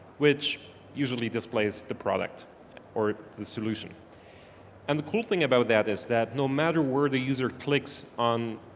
which usually displays the product or the solution and the cool thing about that is that, no matter where the user clicks on,